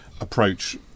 approach